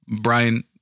Brian